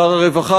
שר הרווחה,